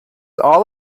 all